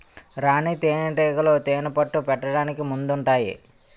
రాణీ తేనేటీగలు తేనెపట్టు పెట్టడానికి ముందుంటాయి